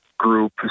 group